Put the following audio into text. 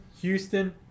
Houston